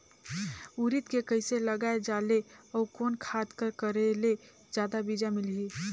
उरीद के कइसे लगाय जाले अउ कोन खाद कर करेले जादा बीजा मिलही?